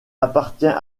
appartient